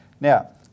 Now